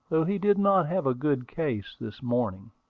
though he did not have a good case this morning.